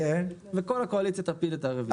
וכל הקואליציה תפיל את הרביזיה.